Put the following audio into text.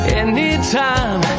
anytime